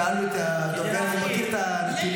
שאלתי את הדובר אם הוא מכיר את האנשים.